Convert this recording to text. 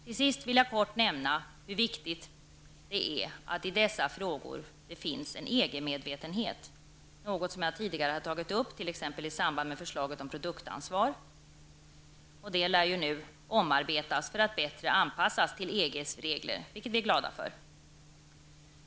Till sist vill jag i korthet nämna hur viktigt det är att det i dessa frågor finns en EG medvetenhet, något som jag tidigare tagit upp t.ex. i samband med förslaget om produktansvar, som nu lär omarbetas för att bättre anpassas till EGs regler. Det är vi glada för.